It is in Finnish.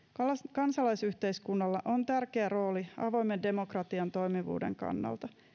kansalaisyhteiskunnalla on tärkeä rooli avoimen demokratian toimivuuden kannalta